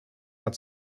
had